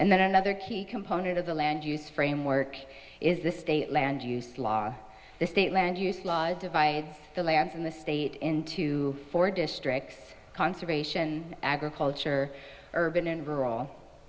and then another key component of the land use framework is the state land use law the state land use law it divides the lands in the state into four districts conservation agriculture urban and rural